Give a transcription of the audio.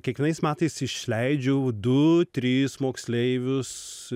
kiekvienais metais išleidžiu du tris moksleivius